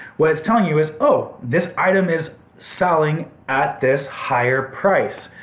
what it's telling you is oh this item is selling at this higher price.